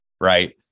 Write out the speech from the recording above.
right